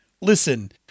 listen